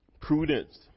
Prudence